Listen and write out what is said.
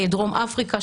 דרום אפריקה,